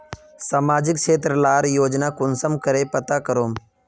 सामाजिक क्षेत्र लार योजना कुंसम करे पता करूम?